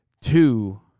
Two